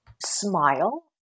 smile